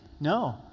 No